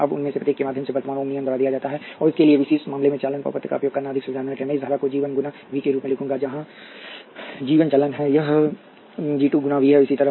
अब उनमें से प्रत्येक के माध्यम से वर्तमान ओम नियम द्वारा दिया जाता है और इसके लिए विशेष मामले में चालन प्रपत्र का उपयोग करना अधिक सुविधाजनक है मैं इस धारा को G 1 गुना V के रूप में लिखूंगा जहां G 1 चालन है यह धारा G 2 गुना V है और इसी तरह